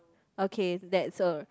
okay that's a